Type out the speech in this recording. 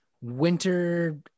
winter